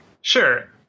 sure